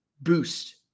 boost